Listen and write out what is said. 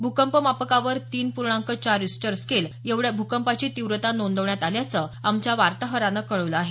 भूकंप मापकाचर तीन पूर्णांक चार रिश्टर स्केल वर भूकंपाची तीव्रता नोंदवण्यात आल्याचं आमच्या वार्ताहरानं कळवलं आहे